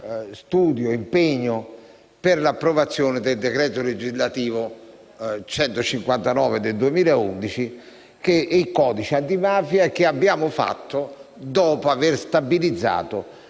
legislatura per l'approvazione del decreto legislativo n. 159 del 2011, ossia il codice antimafia che abbiamo fatto dopo aver stabilizzato